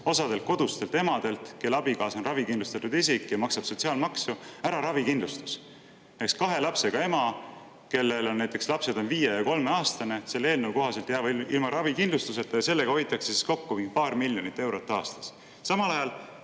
osadelt kodustelt emadelt, kelle abikaasa on ravikindlustatud isik ja maksab sotsiaalmaksu, ära ravikindlustus. Näiteks kahe lapsega ema, kelle lapsed on kolme- ja viieaastane, selle eelnõu kohaselt jääb ilma ravikindlustuseta, ja sellega hoitakse kokku paar miljonit eurot aastas. Samal ajal